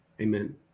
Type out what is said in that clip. Amen